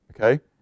Okay